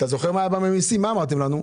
אתה זוכר מה אמרתם לנו?